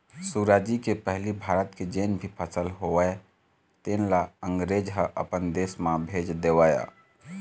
सुराजी के पहिली भारत के जेन भी फसल होवय तेन ल अंगरेज ह अपन देश म भेज देवय